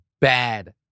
bad